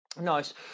Nice